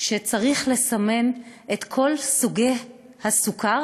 שצריך לסמן את כל סוגי הסוכר,